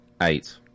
eight